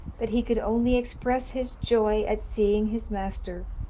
that he could only express his joy at seeing his master,